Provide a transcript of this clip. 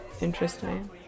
Interesting